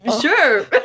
sure